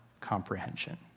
comprehension